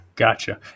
Gotcha